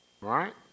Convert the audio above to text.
right